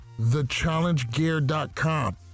thechallengegear.com